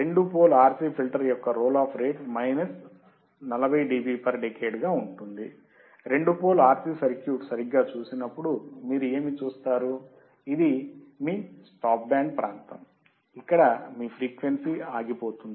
రెండు pole RC filter యొక్క roll off rate minus 40 dB per decade గా ఉంటుంది రెండు పోల్ RC సర్క్యూట్ సరిగ్గా చూసినప్పుడు మీరు ఏమి చూస్తారు మరియు ఇది మీ స్టాప్ బ్యాండ్ ప్రాంతం ఇక్కడ మీ ఫ్రీక్వెన్సీ ఆగిపోతుంది